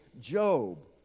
Job